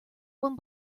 one